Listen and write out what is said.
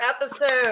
episode